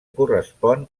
correspon